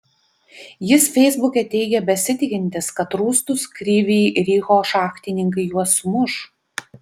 jis feisbuke teigė besitikintis kad rūstūs kryvyj riho šachtininkai juos sumuš